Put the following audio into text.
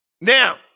Now